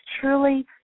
truly